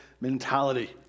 mentality